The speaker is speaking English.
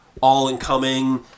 all-incoming